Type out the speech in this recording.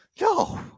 No